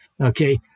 Okay